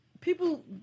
People